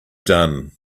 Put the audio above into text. done